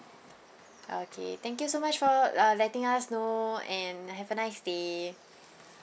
okay thank you so much for uh letting us know and have a nice day